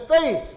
faith